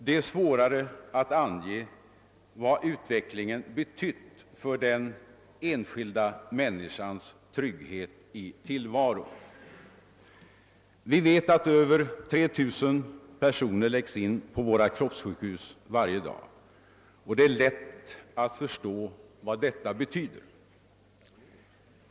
Det är svårare att ange vad utvecklingen betytt för den enskilda människans trygghet i tillvaron. Vi vet att över 3 000 människor läggs in på våra kroppssjukhus varje dag, och det är lätt att förstå vad detta betyder.